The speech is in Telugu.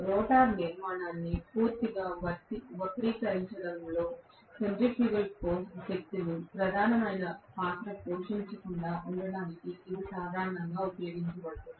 రోటర్ నిర్మాణాన్ని పూర్తిగా వక్రీకరించడంలో సెంట్రిఫ్యూగల్ శక్తులు ప్రధాన పాత్ర పోషించకుండా ఉండటానికి ఇది సాధారణంగా ఉపయోగించబడుతుంది